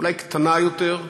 אולי קטנה יותר,